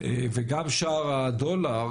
גם שער הדולר